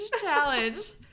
Challenge